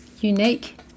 unique